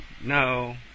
no